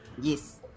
Yes